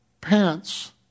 pants